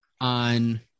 on